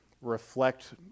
reflect